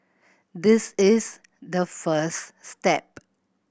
this is the first step